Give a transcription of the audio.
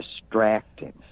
distracting